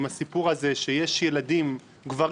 הסיפור הזה שיש גברים,